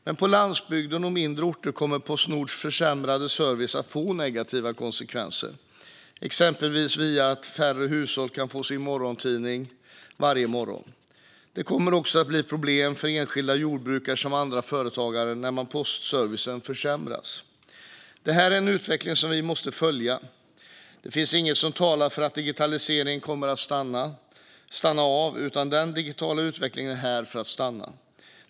Men på landsbygden och mindre orter kommer Postnords försämrade service att få negativa konsekvenser, exempelvis via att färre hushåll kan få sin morgontidning varje morgon. Det kommer också att bli problem för enskilda jordbrukare samt andra företagare när postservicen försämras. Detta är en utveckling som vi måste följa. Det finns inget som talar för att digitaliseringen kommer att stanna av, utan den digitala utvecklingen är här för att stanna.